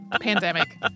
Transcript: pandemic